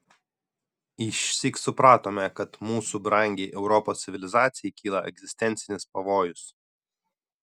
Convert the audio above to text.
išsyk supratome kad mūsų brangiai europos civilizacijai kyla egzistencinis pavojus